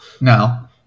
No